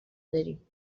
داریم